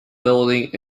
building